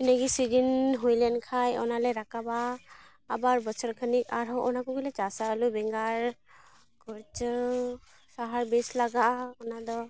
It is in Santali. ᱤᱱᱟᱹᱜᱮ ᱥᱤᱡᱤᱱ ᱦᱩᱭᱞᱮᱱ ᱠᱷᱟᱡ ᱚᱱᱟᱞᱮ ᱨᱟᱠᱟᱵᱟ ᱟᱵᱟᱨ ᱵᱚᱪᱷᱚᱨ ᱠᱷᱟᱹᱱᱤᱠ ᱟᱨᱦᱚᱸ ᱚᱱᱟ ᱠᱚᱜᱮ ᱞᱮ ᱪᱟᱥᱟ ᱟᱹᱞᱩ ᱵᱮᱸᱜᱟᱲ ᱠᱩᱲᱪᱟᱹ ᱥᱟᱦᱟᱨ ᱵᱤᱥ ᱞᱟᱜᱟᱜᱼᱟ ᱚᱱᱟᱫᱚ